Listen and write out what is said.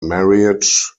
marriage